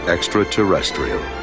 Extraterrestrial